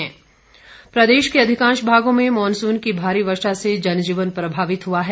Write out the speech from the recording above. मौसम प्रदेश के अधिकांश भागों में मॉनसून की भारी वर्षा से जनजीवन प्रभावित हुआ है